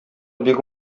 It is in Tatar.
бик